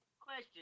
question